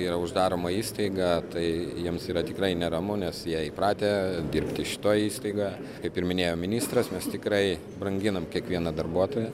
yra uždaroma įstaiga tai jiems yra tikrai neramu nes jie įpratę dirbti šitoj įstaigoje kaip ir minėjo ministras mes tikrai branginam kiekvieną darbuotoją